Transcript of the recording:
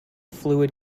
fluid